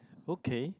okay